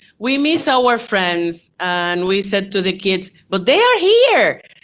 we miss so our friends. and we said to the kids, but they are here.